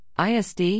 ISD